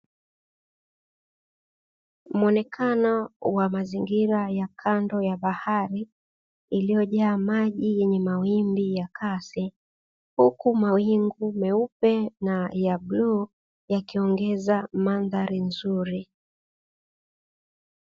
Muonekano wa mazingira ya kando ya bahari yaliyojaa maji yenye mawimbi ya kasi, huku mawingu meupe na ya bluu ya kiongeza mandhari nzuri.